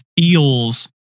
feels